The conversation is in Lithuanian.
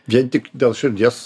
vien tik dėl širdies